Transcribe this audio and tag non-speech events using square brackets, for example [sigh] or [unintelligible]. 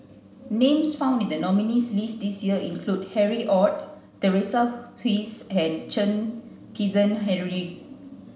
names found in the nominees' list this year include Harry Ord Teresa [unintelligible] and Chen Kezhan Henri